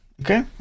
Okay